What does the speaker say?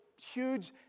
huge